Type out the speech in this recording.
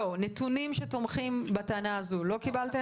נתונים שתומכים בטענה הזו לא קיבלתם?